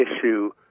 issue